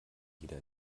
jeder